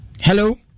hello